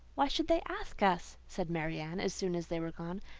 why should they ask us? said marianne, as soon as they were gone.